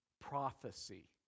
prophecy